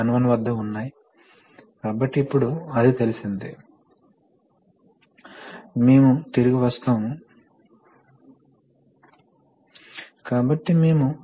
పరికరాలు మరియు తరువాత నిర్వహణ పరంగా మరిన్ని సమస్యలను అనగా సీలింగ్ ఫ్రిక్షన్ పెరగడం మొదలైన వాటిని కలిగిస్తాయి